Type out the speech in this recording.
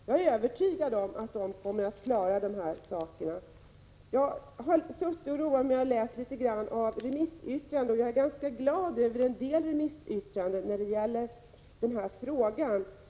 Jag är övertygad om att de kommer att klara dessa saker. Jag har roat mig med att läsa remissyttranden, och jag är ganska glad över en del av dessa.